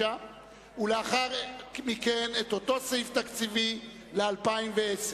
ולאחר מכן את אותו סעיף תקציבי ל-2010,